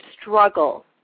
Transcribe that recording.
struggle